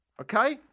okay